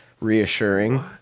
Reassuring